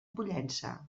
pollença